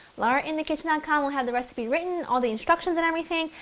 laurainthekitchen dot com will have the recipe written and all the instructions and everything.